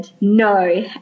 no